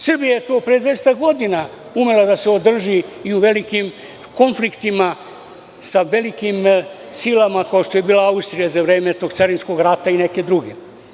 Srbija je pre 200 godina umela da se održi i u velikim konfliktima sa velikim silama kao što je bila Austrija za vreme tog carinskog rata i neke druge.